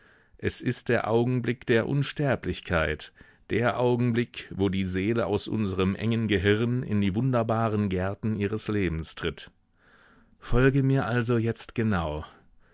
es ist der augenblick der unsterblichkeit der augenblick wo die seele aus unserem engen gehirn in die wunderbaren gärten ihres lebens tritt folge mir also jetzt genau